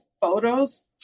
photos